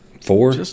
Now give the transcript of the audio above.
Four